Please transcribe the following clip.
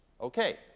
Okay